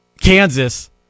Kansas